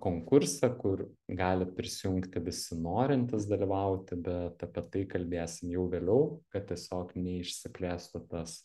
konkursą kur gali prisijungti visi norintys dalyvauti bet apie tai kalbėsim jau vėliau kad tiesiog neišsiplėstų tas